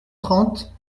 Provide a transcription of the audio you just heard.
trente